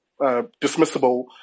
dismissible